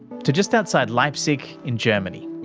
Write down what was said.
to just outside leipzig in germany.